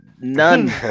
None